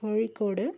Kozhikode